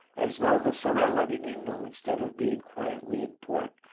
as though the sorella di ninu, instead of being quietly in port,